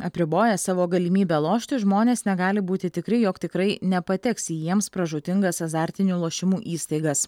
apriboję savo galimybę lošti žmonės negali būti tikri jog tikrai nepateks į jiems pražūtingas azartinių lošimų įstaigas